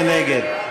מי נגד?